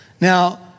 Now